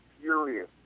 furious